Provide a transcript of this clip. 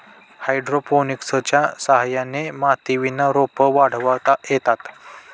हायड्रोपोनिक्सच्या सहाय्याने मातीविना रोपं वाढवता येतात